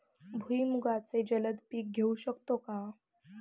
भुईमुगाचे जलद पीक घेऊ शकतो का?